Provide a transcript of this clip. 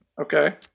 Okay